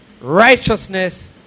righteousness